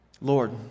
lord